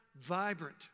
vibrant